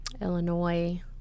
Illinois